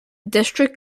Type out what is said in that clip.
district